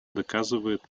доказывает